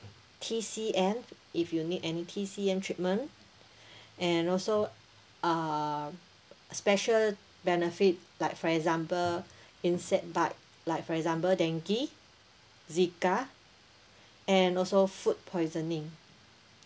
T_C_M if you need any T_C_M treatment and also uh special benefit like for example insect bite like for example dengue zika and also food poisoning